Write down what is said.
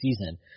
season